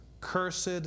cursed